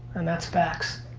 and that's facts.